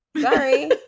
Sorry